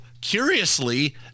curiously